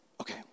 Okay